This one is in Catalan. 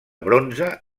bronze